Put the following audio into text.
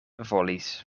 volis